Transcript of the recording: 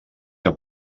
que